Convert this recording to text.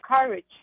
courage